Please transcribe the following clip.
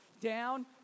Down